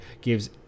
gives –